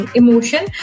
emotion